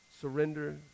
surrender